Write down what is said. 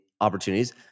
opportunities